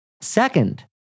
Second